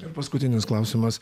ir paskutinis klausimas